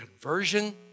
Conversion